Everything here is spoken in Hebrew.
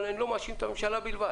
אבל אני לא מאשים את הממשלה בלבד.